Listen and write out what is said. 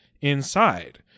inside